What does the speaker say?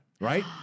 right